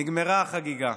נגמרה החגיגה.